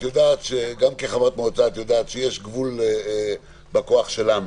גם כחברת מועצה את יודעת שיש גבול לכוח שלנו.